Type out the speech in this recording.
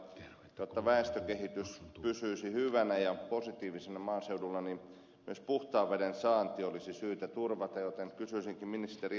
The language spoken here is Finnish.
jotta väestökehitys pysyisi hyvänä ja positiivisena maaseudulla myös puhtaan veden saanti olisi syytä turvata joten kysyisinkin ministeri anttilalta